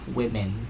women